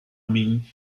ming